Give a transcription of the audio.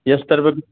ಎಷ್ಟು